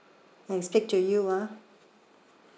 I speak to you ah